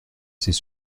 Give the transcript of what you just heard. ses